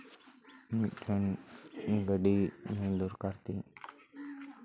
ᱢᱤᱫ ᱴᱷᱮᱱ ᱜᱟᱹᱰᱤ ᱫᱚᱨᱠᱟᱨ ᱛᱤᱧ